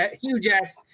huge-ass